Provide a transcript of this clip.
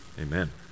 Amen